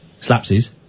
Slapsies